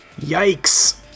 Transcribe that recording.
Yikes